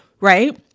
right